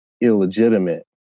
illegitimate